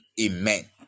Amen